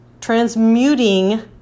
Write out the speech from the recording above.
transmuting